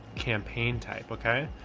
campaign type. okay?